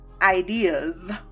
ideas